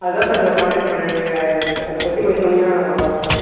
அதான் சார் உங்களை காண்டக்ட் பண்ணேன் நீங்கள் அது அதை பற்றி கொஞ்சம் சொன்னிங்கன்னா நல்லா இருக்கும் சார்